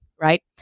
right